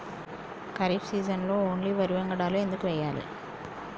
ఖరీఫ్ సీజన్లో ఓన్లీ వరి వంగడాలు ఎందుకు వేయాలి?